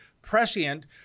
prescient